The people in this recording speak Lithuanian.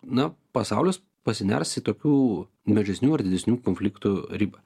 na pasaulis pasiners į tokių mažesnių ar didesnių konfliktų ribą